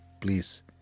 please